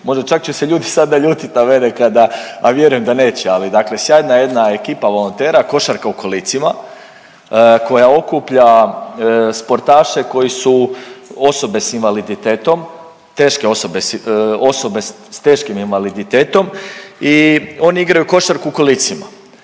možda čak će se ljudi sad naljutit na mene kada, a vjerujem da neće, ali dakle sjajna jedna ekipa volontera, košarka u kolicima koja okuplja sportaše koji su osobe s invaliditetom, teške, osobe s teškim invaliditetom i oni igraju košarku u kolicima